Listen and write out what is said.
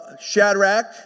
Shadrach